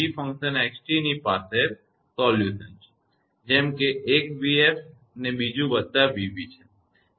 તેથી 𝑣𝑥 𝑡 ની પાસે ઉકેલસોલ્યુશન છે જેમ કે એક 𝑣𝑓 ને બીજું વત્તા 𝑣𝑏 છે